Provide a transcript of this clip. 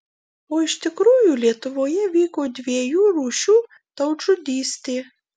o iš tikrųjų lietuvoje vyko dviejų rūšių tautžudystė